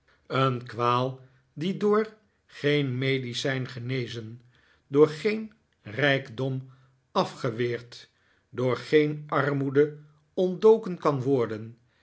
een kwaal die door geen medicijn genezen door geen rijkdom afgeweerd door geen armoede ontdoken kan worden